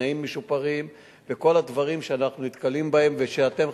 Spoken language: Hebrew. תנאים משופרים וכל הדברים שאנחנו נתקלים בהם ושאתם,